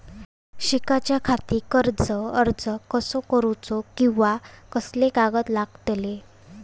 शिकाच्याखाती कर्ज अर्ज कसो करुचो कीवा कसले कागद लागतले?